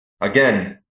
again